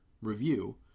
review